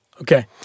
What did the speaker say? Okay